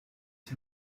发展